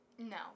No